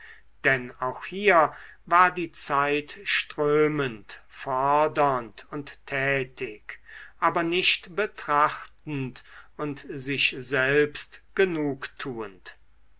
denn auch hier war die zeit strömend fordernd und tätig aber nicht betrachtend und sich selbst genugtuend